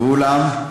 ואולם,